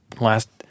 last